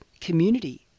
community